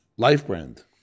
Lifebrand